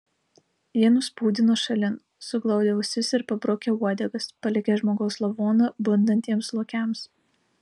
jie nuspūdino šalin suglaudę ausis ir pabrukę uodegas palikę žmogaus lavoną bundantiems lokiams